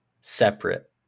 separate